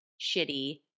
shitty